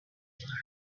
learned